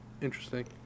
interesting